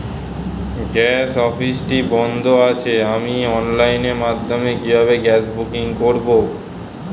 Gas অফিসটি বন্ধ আছে আমি অনলাইনের মাধ্যমে কিভাবে গ্যাস বুকিং করব?